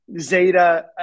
Zeta